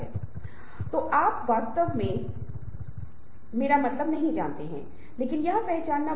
हम वास्तव में यह जानने के लिए आपकी सहायता से कुछ प्रयोगों का आयोजन कर सकते हैं कि हम कैसे पाठ करते हैं कैसे संवाद करते हैं और परिणामों की पहचान करते हैं